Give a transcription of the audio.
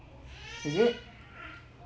is it